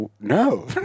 no